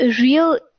real